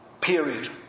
Period